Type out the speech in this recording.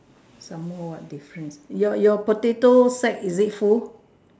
some more what difference your your potato sacks is it full